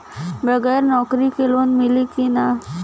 बगर नौकरी क लोन मिली कि ना?